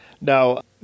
Now